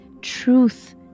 truth